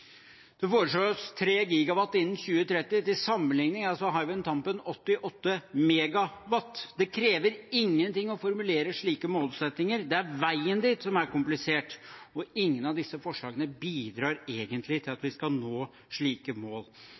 Det foreslås 3 GW innen 2030. Til sammenligning er Hywind Tampen oppe i 8 MW. Det krever ingenting å formulere slike målsettinger. Det er veien dit som er komplisert, og ingen av disse forslagene bidrar egentlig til at vi skal nå slike mål.